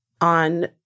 on